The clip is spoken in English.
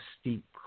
steep